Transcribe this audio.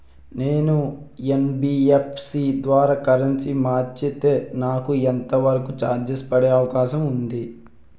నేను యన్.బి.ఎఫ్.సి ద్వారా కరెన్సీ మార్చితే నాకు ఎంత వరకు చార్జెస్ పడే అవకాశం ఉంది?